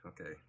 Okay